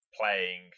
playing